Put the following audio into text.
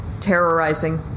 terrorizing